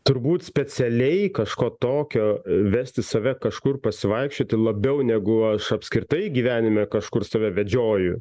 turbūt specialiai kažko tokio vesti save kažkur pasivaikščioti labiau negu aš apskritai gyvenime kažkur save vedžioju